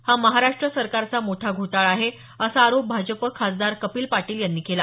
हा महाराष्ट्र सरकारचा मोठा घोटाळा आहे असा आरोप भाजप खासदार कपिल पाटील यांनी केला